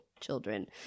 children